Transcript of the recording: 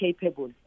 capable